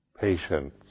Patience